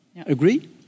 Agree